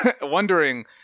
wondering